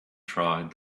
tried